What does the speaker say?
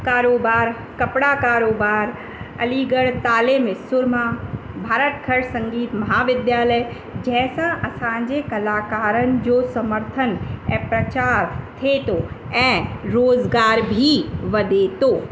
कारोबार कपिड़ा कारोबार अलीगढ़ ताले में सूरमा भारट खर संगीत महाविद्यालय जंहिंसां असांजे कलाकारनि जो समर्थनु ऐं प्रचार थिए थो ऐं रोज़गार बि वधे थो